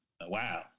wow